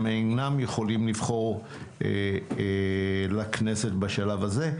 הם אינם יכולים לבחור לכנסת בשלב זה,